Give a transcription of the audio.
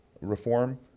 reform